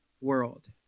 world